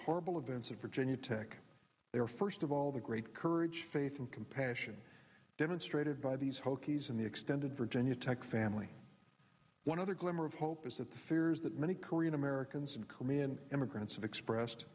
horrible events of virginia tech they are first of all the great courage faith and compassion demonstrated by these hokies in the extended virginia tech family one other glimmer of hope is that the fears that many korean americans and comin immigrants have expressed